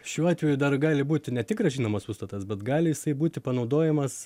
šiuo atveju dar gali būti ne tik grąžinamas užstatas bet gali jisai būti panaudojamas